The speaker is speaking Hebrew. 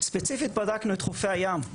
ספציפית בדקנו את חופי הים.